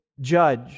judge